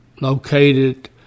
Located